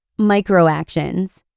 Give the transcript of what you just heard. Microactions